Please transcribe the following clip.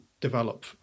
develop